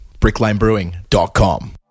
BricklaneBrewing.com